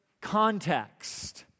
context